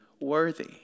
worthy